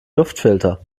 luftfilter